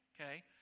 okay